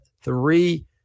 three